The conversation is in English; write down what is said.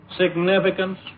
significance